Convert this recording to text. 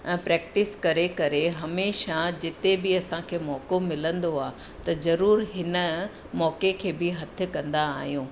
practice करे करे हमेशह जिते बि असांखे मौक़ो मिलंदो आहे त ज़रूर हिन मौक़े खे बि हथु कंदा आहियूं